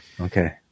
Okay